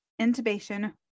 intubation